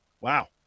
Wow